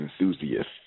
enthusiasts